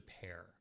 pair